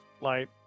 Light